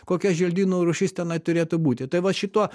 kokia želdynų rūšis tenai turėtų būti tai va šituo